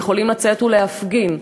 ויכולים לצאת ולהפגין.